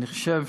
אני חושב